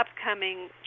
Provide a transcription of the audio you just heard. upcoming